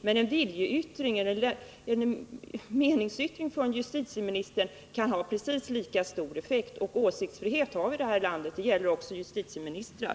Men en meningsyttring från justitieministern kan ha precis lika stor effekt. Och åsiktsfrihet har vi här i landet. Den gäller också justitieministrar.